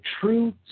true